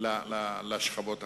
לשכבות החלשות.